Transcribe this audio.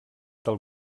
del